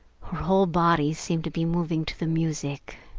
her whole body seemed to be moving to the music.